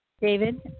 David